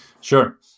Sure